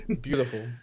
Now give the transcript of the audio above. Beautiful